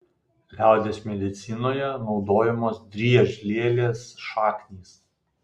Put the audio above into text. liaudies medicinoje naudojamos driežlielės šaknys